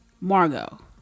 Margot